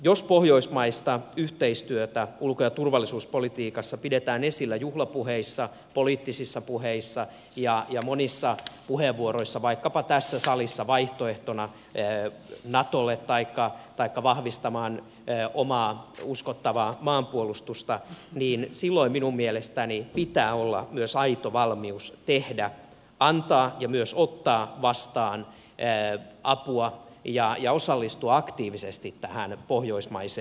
jos pohjoismaista yhteistyötä ulko ja turvallisuuspolitiikassa pidetään esillä juhlapuheissa poliittisissa puheissa ja monissa puheenvuoroissa vaikkapa tässä salissa vaihtoehtona natolle taikka oman uskottavan maanpuolustuksen vahvistamisena niin silloin minun mielestäni pitää olla myös aito valmius tehdä antaa ja myös ottaa vastaan apua ja osallistua aktiivisesti tähän pohjoismaiseen yhteistyöhön